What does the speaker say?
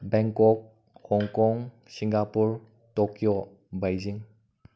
Bangkok Hong Kong Singapore Tokyo Beijing